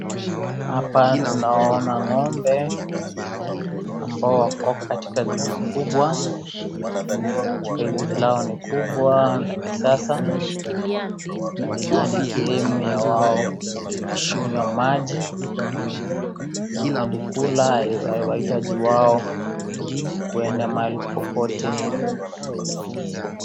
Hapa tunawaona ng'ombe, ambao wako katika zizi kubwa, zizi lao ni kubwa la kisasa na lina adi sehemu ya wao kunywa maji, na hadi kula wahitaji wao kwenda mahali popote.